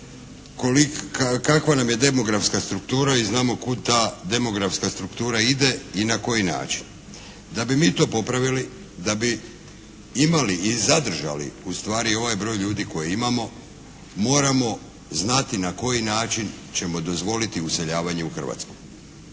kakva nam je demografska struktura i znamo kuda ta demografska struktura ide i na koji način. Da bi mi to popravili, da bi imali i zadržali ustvari ovaj broj ljudi koji imamo, moramo znati na koji način ćemo dozvoliti useljavanje u Hrvatsku.